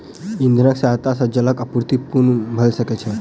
इंधनक सहायता सॅ जलक आपूर्ति पूर्ण भ सकै छै